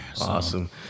awesome